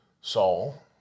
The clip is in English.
Saul